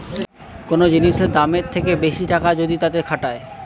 কোন জিনিসের দামের থেকে বেশি টাকা যদি তাতে খাটায়